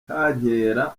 kankera